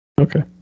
Okay